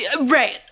Right